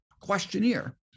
questionnaire